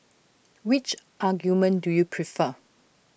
which argument do you prefer